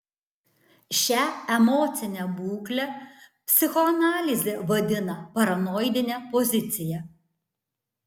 šią emocinę būklę psichoanalizė vadina paranoidine pozicija